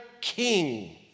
king